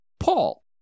Paul